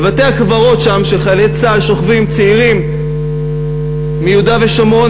בבתי-הקברות של חיילי צה"ל שוכבים צעירים מיהודה ושומרון,